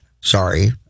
sorry